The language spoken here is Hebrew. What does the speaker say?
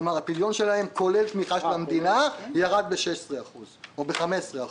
כלומר הפדיון שלהם כולל תמיכה של המדינה ירד ב-16% או ב-15%.